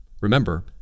Remember